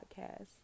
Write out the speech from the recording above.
podcast